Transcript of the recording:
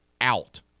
out